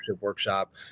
workshop